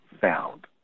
found